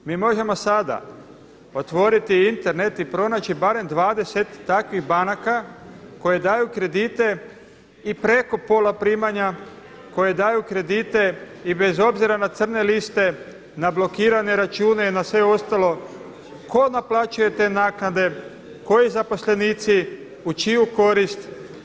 Mi možemo sada otvoriti Internet i pronaći barem 20 takvih banaka koje daju kredite i preko pola primanja, koji daju kredite i bez obzira na crne liste, na blokirane račune, na sve ostalo, tko naplaćuje te naknade, koji zaposlenici, u čiju korist.